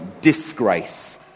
disgrace